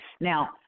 Now